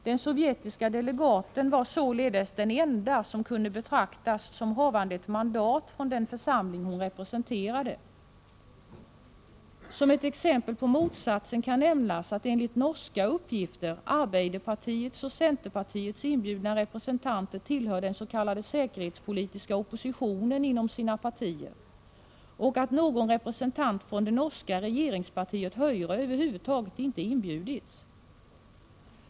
Den sovjetiska delegaten var således den enda som kunde betraktas som havande ett mandat från den församling hon representerade. Som ett exempel på motsatsen kan nämnas att enligt norska uppgifter arbeiderpartiets och senterpartiets inbjudna representanter tillhör den s.k. säkerhetspolitiska oppositionen inom sina partier och att någon representant från det norska regeringspartiet, höyre, över huvud taget inte inbjudits.